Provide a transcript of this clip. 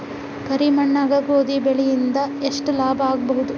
ಕರಿ ಮಣ್ಣಾಗ ಗೋಧಿ ಬೆಳಿ ಇಂದ ಎಷ್ಟ ಲಾಭ ಆಗಬಹುದ?